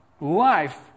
life